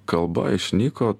kalba išnyko